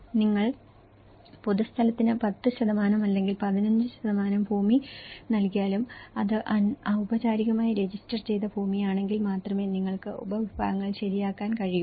നിങ്ങൾ പൊതുസ്ഥലത്തിന് 10 അല്ലെങ്കിൽ 15 ഭൂമി നൽകിയാലും അത് ഔപചാരികമായി രജിസ്റ്റർ ചെയ്ത ഭൂമിയാണെങ്കിൽ മാത്രമേ നിങ്ങൾക്ക് ഉപവിഭാഗങ്ങൾ ശരിയാക്കാൻ കഴിയൂ